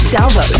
Salvo